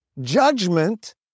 judgment